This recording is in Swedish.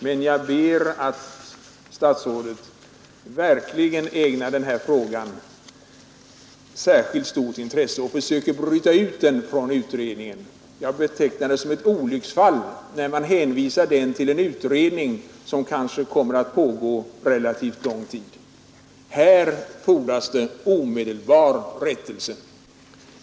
Men jag ber att herr statsrådet verkligen ägnar denna fråga särskilt stort intresse och försöker bryta ut den från utredningen. Jag betecknar det som ett olycksfall i arbetet när man hänvisar den till en utredning, som kanske kommer att pågå relativt lång tid. Här fordras det omedelbar rättelse.